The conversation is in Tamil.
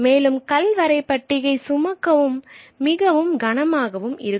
மேலும் கல் வரைபட்டிகை சுமக்கவும் மிகவும் கனமாகவும் இருக்கும்